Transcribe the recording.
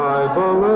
Bible